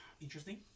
Interesting